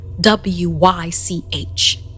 W-Y-C-H